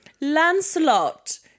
Lancelot